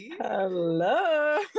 Hello